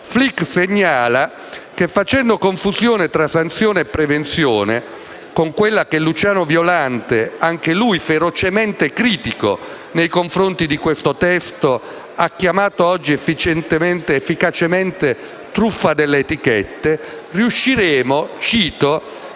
Flick segnala che, facendo confusione tra sanzione e prevenzione (con quella che Luciano Violante, anche lui ferocemente critico nei confronti di questo testo, ha chiamato con efficacia "truffa delle etichette") *(Commenti